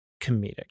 comedic